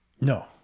No